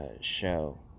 show